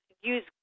use